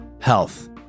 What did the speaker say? health